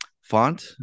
font